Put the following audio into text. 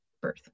birth